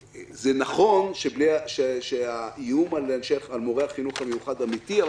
נכון שהאיום על מורי החינוך המיוחד אמיתי אבל